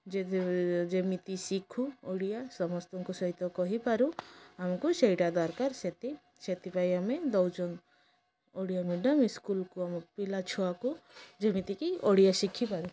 ଯେ ଯେମିତି ଶିଖୁ ଓଡ଼ିଆ ସମସ୍ତଙ୍କ ସହିତ କହିପାରୁ ଆମକୁ ସେଇଟା ଦରକାର ସେତି ସେଥିପାଇଁ ଆମେ ଦଉଚନ୍ ଓଡ଼ିଆ ମିଡ଼ିୟମ୍ ଇସ୍କୁଲକୁ ଆମ ପିଲା ଛୁଆକୁ ଯେମିତିକି ଓଡ଼ିଆ ଶିଖିପାରୁ